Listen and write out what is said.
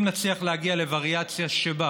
אם נצליח להגיע לווריאציה שבה